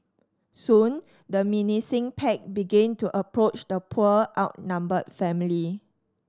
soon the menacing pack begin to approach the poor outnumbered family